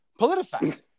politifact